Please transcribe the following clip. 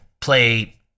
play